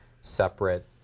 separate